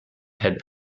had